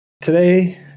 Today